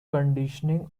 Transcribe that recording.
conditioning